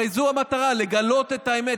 הרי זו המטרה, לגלות את האמת.